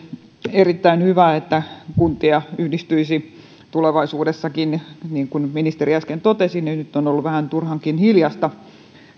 erittäin hyvä että kuntia yhdistyisi tulevaisuudessakin niin kuin ministeri äsken totesi niin nyt on ollut vähän turhankin hiljaista